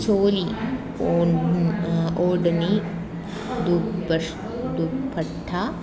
चोली ओडनी दुग्बश् दुप्पट्ठा